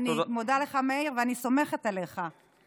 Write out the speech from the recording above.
אני מודה לך, מאיר, ואני סומכת עליך.